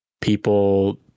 people